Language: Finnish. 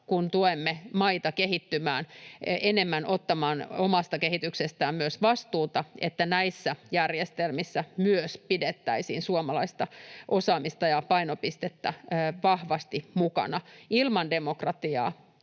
kun tuemme maita kehittymään, enemmän ottamaan omasta kehityksestään myös vastuuta, että näissä järjestelmissä myös pidettäisiin suomalaista osaamista ja painopistettä vahvasti mukana. Ilman demokratiaa